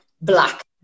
black